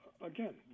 again